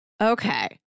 Okay